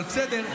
אבל בסדר,